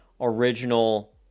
original